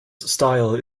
style